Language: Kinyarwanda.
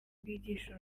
bwigisha